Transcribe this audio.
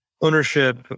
ownership